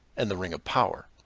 and the ring of power.